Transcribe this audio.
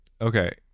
okay